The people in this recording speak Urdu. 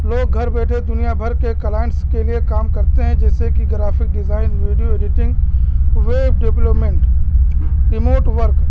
لوگ گھر بیٹھے دنیا بھر کے کلائنٹس کے لیے کام کرتے ہیں جیسے کہ graphic design video editing web development remote work